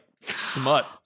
smut